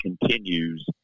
continues